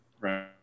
right